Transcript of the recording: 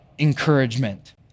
encouragement